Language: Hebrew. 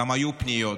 וגם היו פניות